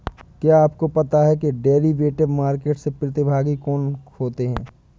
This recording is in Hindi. क्या आपको पता है कि डेरिवेटिव मार्केट के प्रतिभागी कौन होते हैं?